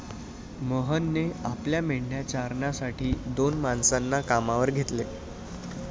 मोहनने आपल्या मेंढ्या चारण्यासाठी दोन माणसांना कामावर घेतले